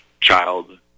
child